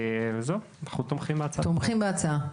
אנחנו תומכים בהצעת